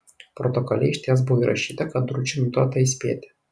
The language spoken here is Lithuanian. protokole išties buvo įrašyta kad ručį nutarta įspėti